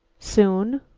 soon?